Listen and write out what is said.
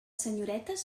senyoretes